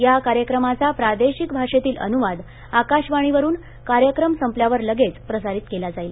या कार्यक्रमाचा प्रादेशिक भाषेतील अनुवाद आकाशवाणीवरून कार्यक्रम संपल्यावर लगेच प्रसारित केला जाईल